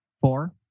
four